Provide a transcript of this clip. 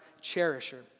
cherisher